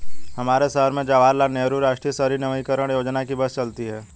हमारे शहर में जवाहर लाल नेहरू राष्ट्रीय शहरी नवीकरण योजना की बस चलती है